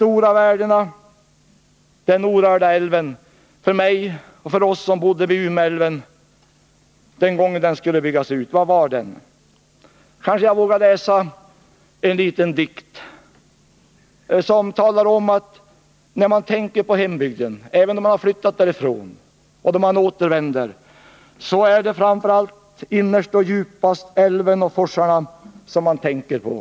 Vad innebar den orörda älven för oss som bodde vid Ume älv den gången den skulle byggas ut? Kanske jag vågar läsa en liten dikt som talar om att när man tänker på hembygden, även när man har flyttat därifrån, är det framför allt, innerst och djupast, älven och forsarna som man tänker på.